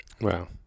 wow